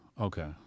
Okay